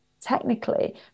technically